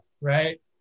right